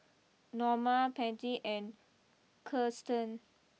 Noma Patty and Kiersten